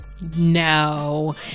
No